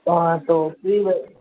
तो हाँ तो ठीक है